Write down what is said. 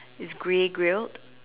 it's grey grilled